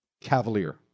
cavalier